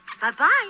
Bye-bye